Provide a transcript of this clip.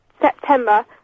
September